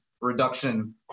reduction